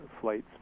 flights